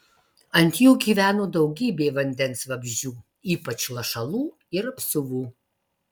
ant jų gyveno daugybė vandens vabzdžių ypač lašalų ir apsiuvų